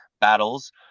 battles